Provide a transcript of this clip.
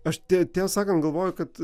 aš te tiesą sakant galvoju kad